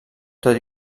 tot